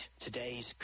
today's